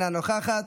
אינה נוכחת,